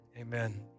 amen